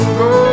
go